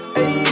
Hey